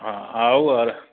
हँ आउ आओर